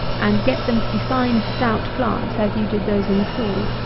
and get them to be fine stout plants, as you did those in the fall.